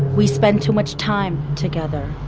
we spend too much time together.